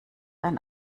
ein